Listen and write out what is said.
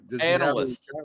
Analyst